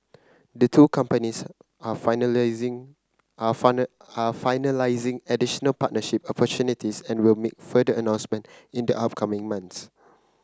the two companies are finalising are are finalising additional partnership opportunities and will make further announcement in the upcoming months